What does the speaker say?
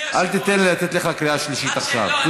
אל תיתן לי לתת לך קריאה שלישית עכשיו.